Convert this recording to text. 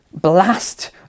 Blast